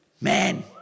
man